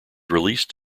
released